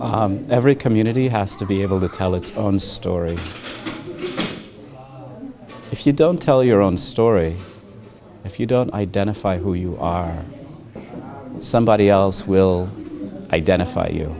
every community has to be able to tell its own story if you don't tell your own story if you don't identify who you are somebody else will identify you